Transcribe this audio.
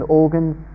organs